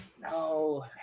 No